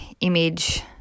image